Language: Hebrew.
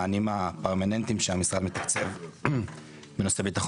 המענים הפרמננטיים שהמשרד מתקצב בנושא ביטחון